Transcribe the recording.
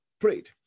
prayed